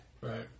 Right